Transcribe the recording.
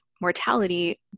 mortality